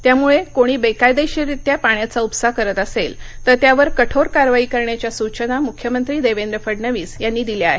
त्यामुळे कोणी बेकायदेशीररित्या पाण्याचा उपसा करत असेल तर त्यावर कठोर कारवाई करण्याच्या सूचना मुख्यमंत्री देवेद्र फडणवीस यांनी दिल्या आहेत